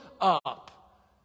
up